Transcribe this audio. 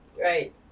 Right